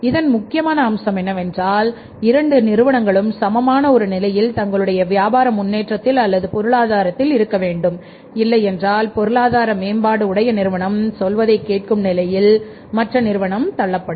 இதன் முக்கியமான அம்சம் என்னவென்றால் இரண்டு நிறுவனங்களும் சமமான ஒரு நிலையில் தங்களுடைய வியாபார முன்னேற்றத்தில் அல்லது பொருளாதாரத்தில் இருக்க வேண்டும் இல்லையென்றால் பொருளாதார மேம்பாடு உடைய நிறுவனம் சொல்வதை கேட்கும் நிலையில் மற்ற நிறுவனம் தள்ளப்படும்